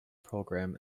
program